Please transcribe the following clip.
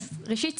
ראשית,